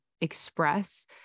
express